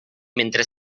mentre